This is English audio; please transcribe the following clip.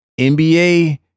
NBA